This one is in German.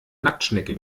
nacktschnecke